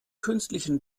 künstlichen